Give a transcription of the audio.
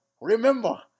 remember